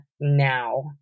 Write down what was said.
now